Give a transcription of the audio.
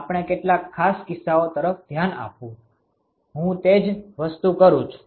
આપણે કેટલાક ખાસ કિસ્સાઓ તરફ ધ્યાન આપ્યું હું તે જ વસ્તુ કરી શકું છું